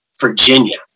Virginia